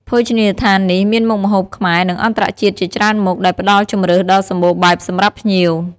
ភោជនីយដ្ឋាននេះមានមុខម្ហូបខ្មែរ និងអន្តរជាតិជាច្រើនមុខ ដែលផ្ដល់ជម្រើសដ៏សម្បូរបែបសម្រាប់ភ្ញៀវ។